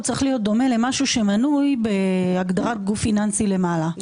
הוא צריך להיות דומה למשהו שמנוי בהגדרת גוף פיננסי למעלה.